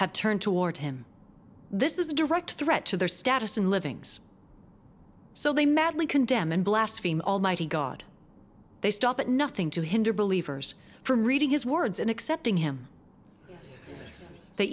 have turned toward him this is a direct threat to their status and livings so they madly condemn and blaspheme almighty god they stop at nothing to hinder believers from reading his words and accepting him they